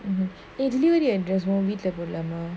mm eh delivery address oh வீட்ட போடலாமா:veeta podalaamaa